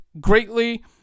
greatly